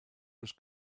was